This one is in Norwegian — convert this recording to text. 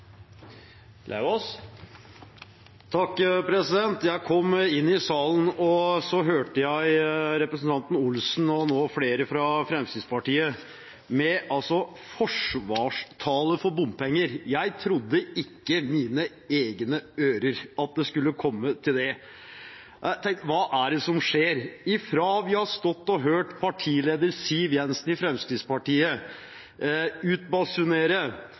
Jeg kom inn i salen og hørte representanten Dagfinn Henrik Olsen og etter hvert flere fra Fremskrittspartiet komme med forsvarstaler for bompenger. Jeg trodde ikke mine egne ører. Tenk at det skulle komme til det! Hva er det som skjer? Vi har sittet og hørt partilederen i Fremskrittspartiet, Siv Jensen, utbasunere at hvis Fremskrittspartiet